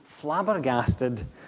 flabbergasted